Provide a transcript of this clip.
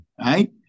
Right